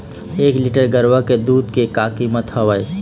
एक लीटर गरवा के दूध के का कीमत हवए?